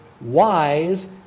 wise